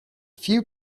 few